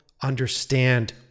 understand